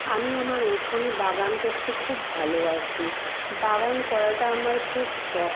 আমি আমার উঠোনে বাগান করতে খুব ভালোবাসি বাগান করাটা আমার খুব শখ